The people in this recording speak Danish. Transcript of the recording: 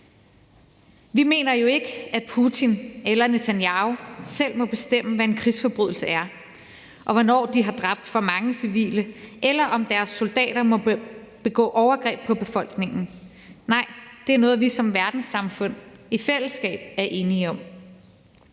Vi mener jo ikke, at Putin eller Netanyahu selv må bestemme, hvad en krigsforbrydelse er, og hvornår de har dræbt for mange civile, eller om deres soldater må begå overgreb på befolkningen. Nej, det er noget, vi som verdenssamfund i fællesskab er enige om.